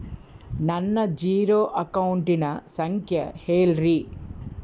ನನ್ನ ಜೇರೊ ಅಕೌಂಟಿನ ಸಂಖ್ಯೆ ಹೇಳ್ರಿ?